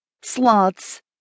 Slots